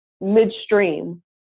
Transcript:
midstream